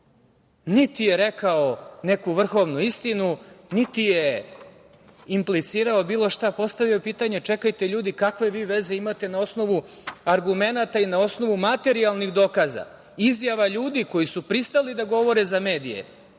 Niti je rekao neku vrhovnu istinu, niti je implicirao bilo šta, postavio je pitanje – čekajte ljudi, kakve vi veze imate na osnovu argumenata i na osnovu materijalnih dokaza, izjava ljudi koji su pristale da govore za medije.